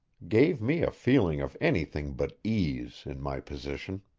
gave me a feeling of anything but ease in my position.